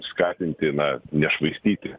skatinti na nešvaistyti